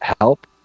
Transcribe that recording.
help